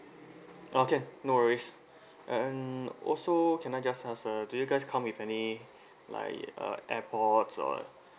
okay no worries and also can I just ask uh do you guys come with any like uh airpods or